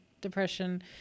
depression